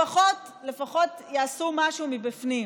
לפחות יעשו משהו מבפנים,